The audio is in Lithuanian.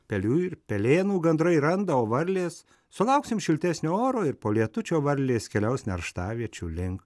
pelių ir pelėnų gandrai randa o varlės sulauksim šiltesnio oro ir po lietučio varlės keliaus nerštaviečių link